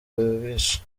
mubisha